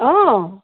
অঁ